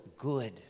good